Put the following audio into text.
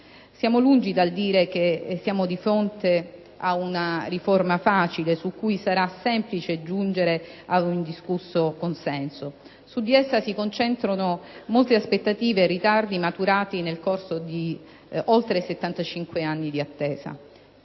Siamo lungi dal dire che siamo di fronte ad una riforma facile, su cui sarà semplice giungere ad un indiscusso consenso. Su di essa si concentrano molte aspettative e ritardi maturati nel corso di oltre 75 anni di attesa.